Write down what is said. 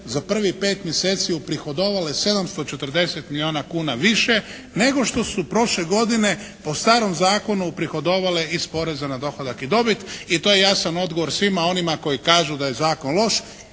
za prvih pet mjeseci uprihodovale 740 milijuna kuna više nego što su prošle godine po starom zakonu uprihodovale iz poreza na dohodak i dobit i to je jasan odgovor svima onima koji kažu da je zakon loš.